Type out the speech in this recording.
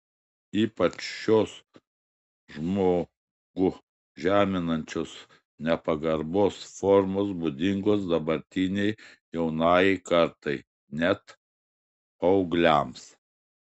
ypač šios žmogų žeminančios nepagarbos formos būdingos dabartinei jaunajai kartai net paaugliams